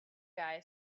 guy